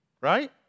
Right